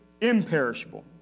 imperishable